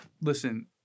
listen